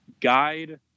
guide